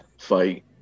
fight